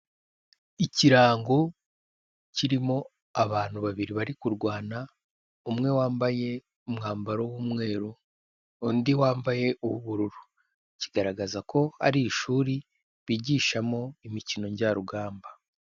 Ikirango kirimo abantu babiri bari kurwana, umwe wambaye umwambaro w'umweru, undi wambaye uw'ubururu, kigaragaza ko ari ishuri bigishamo imikino njyarugamba.